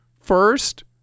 first